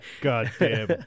Goddamn